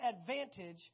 advantage